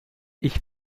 ich